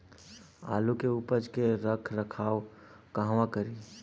आलू के उपज के रख रखाव कहवा करी?